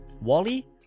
Wally